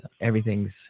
everything's